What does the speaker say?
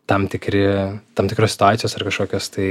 tam tikri tam tikros situacijos ar kažkokios tai